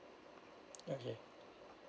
okay